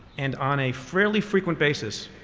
and on a fairly frequent basis,